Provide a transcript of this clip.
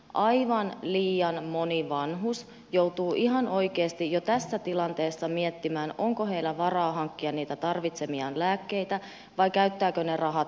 aivan liian moni vanhus joutuu ihan oikeasti jo tässä tilanteessa miettimään onko heillä varaa hankkia niitä tarvitsemiaan lääkkeitä vai käyttääkö ne rahat ruokaan